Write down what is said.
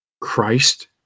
Christ